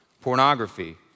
pornography